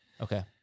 Okay